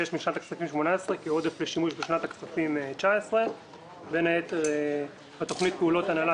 משנת הכספים 2018 כעודף לשימוש בשנת הכספים 2019. בין היתר יש כאן 61 מיליון לתוכנית פעולות הנהלה,